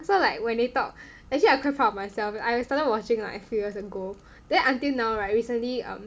so like when they talk actually I quite proud of myself I started watching like a few years ago then until now right recently um